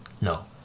No